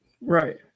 Right